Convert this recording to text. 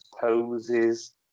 poses